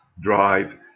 drive